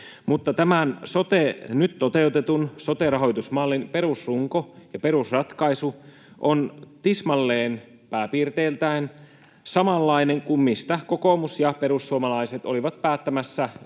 tämän nyt toteutetun sote-rahoitusmallin perusrunko ja perusratkaisu ovat tismalleen, pääpiirteiltään, samanlaiset kuin mistä kokoomus ja perussuomalaiset olivat päättämässä